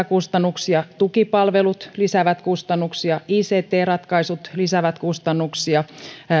kustannuksia tukipalvelut lisäävät kustannuksia ict ratkaisut lisäävät kustannuksia